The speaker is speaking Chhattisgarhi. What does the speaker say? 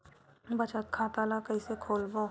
बचत खता ल कइसे खोलबों?